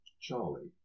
Charlie